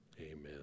Amen